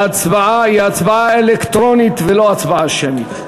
ההצבעה היא הצבעה אלקטרונית ולא הצבעה שמית.